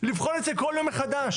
לבחון את זה כל יום מחדש.